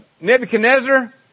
Nebuchadnezzar